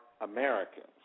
Americans